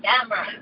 camera